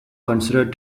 considered